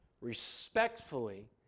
respectfully